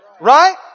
Right